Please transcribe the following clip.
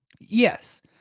Yes